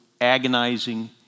agonizing